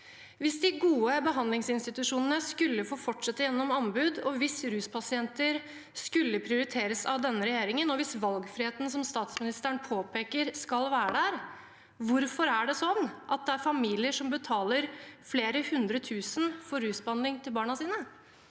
Hvis de gode behandlingsinstitusjonene skulle få fortsette gjennom anbud, hvis ruspasienter skulle prioriteres av denne regjeringen, og hvis valgfriheten, som statsministeren påpeker, skal være der – hvorfor er det sånn at det er familier som betaler flere hundretusen for rusbehandling til barna sine?